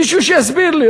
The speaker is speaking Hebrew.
מישהו שיסביר לי.